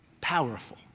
Powerful